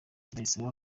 ndayisaba